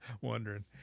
wondering